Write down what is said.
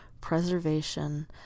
preservation